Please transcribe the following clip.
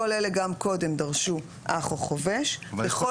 כול אלה גם קודם דרשו אח או חובש בכול פעילות